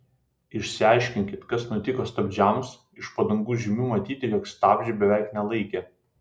išsiaiškinkit kas nutiko stabdžiams iš padangų žymių matyti jog stabdžiai beveik nelaikė